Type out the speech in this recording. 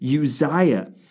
Uzziah